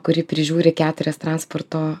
kuri prižiūri keturias transporto